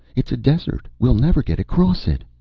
it's a desert we'll never get across it.